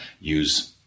use